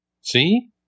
See